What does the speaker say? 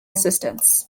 assistants